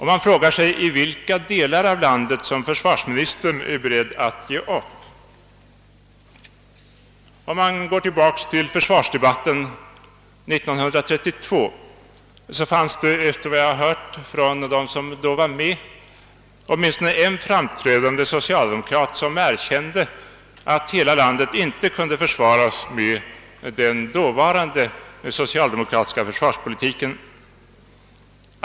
Man undrar då, vilka delar av landet som försvarsministern är beredd att ge upp. Om vi går tillbaka till försvarsdebatten 1932, fanns det då enligt vad jag hört av dem som var med, åtminstone en framträdande socialdemokrat som erkände att hela landet inte kunde försvaras med den dåvarande socialdemokratiska försvarspolitiken.